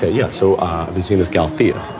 yeah. so the team has gauthier